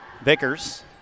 Vickers